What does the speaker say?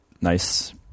nice